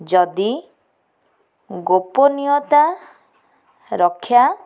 ଯଦି ଗୋପନୀୟତା ରକ୍ଷା